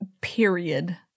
Period